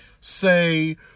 say